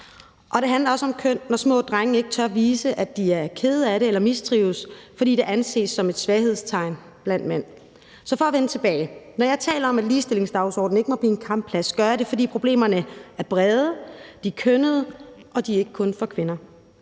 Det handler også om køn, når små drenge ikke tør vise, at de er kede af det eller mistrives, fordi det anses som et svaghedstegn blandt mænd. Når jeg taler om, at ligestillingsdagsordenen ikke må blive en kampplads – for nu at vende tilbage til det – gør jeg det, fordi problemerne er brede, kønnede og ikke kun for kvinder.